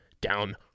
down